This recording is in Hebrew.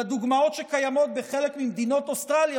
לדוגמאות שקיימות בחלק ממדינות אוסטרליה,